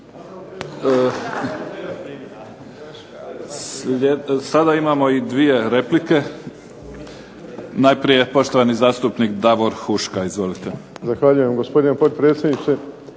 Sada imamo i dvije replike. Najprije poštovani zastupnik Davor Huška. Izvolite.